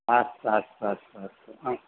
अस्तु अस्तु अस्तु अस्तु आम्